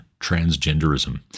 transgenderism